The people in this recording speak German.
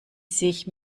sich